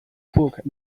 book